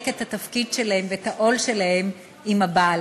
את התפקיד שלהן ואת העול שלהן עם הבעל.